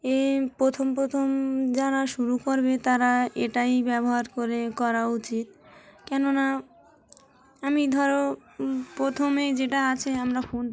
এ প্রথম প্রথম যারা শুরু করবে তারা এটাই ব্যবহার করে করা উচিত কেন না আমি ধরো প্রথমেই যেটা আছে আমরা ফোন